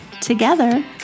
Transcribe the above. together